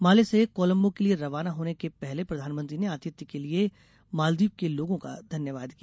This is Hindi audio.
माले से कोलंबो के लिए रवाना होने के पहले प्रधानमंत्री ने आतिथ्य के लिए मालदीव के लोगों का धन्यवाद किया